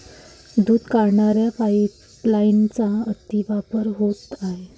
दूध काढण्याच्या पाइपलाइनचा अतिवापर होत आहे